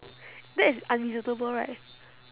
that is unreasonable right